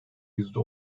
yüzde